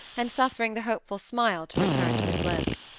and suffering the hopeful smile to return to his lips.